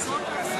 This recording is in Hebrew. חברי הכנסת,